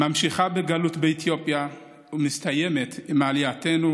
וממשיכה בגלות באתיופיה ומסתיימת עם עלייתנו